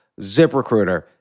ZipRecruiter